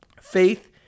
faith